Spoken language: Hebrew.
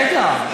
רגע,